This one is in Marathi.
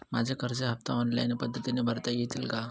माझे कर्ज हफ्ते ऑनलाईन पद्धतीने भरता येतील का?